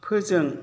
फोजों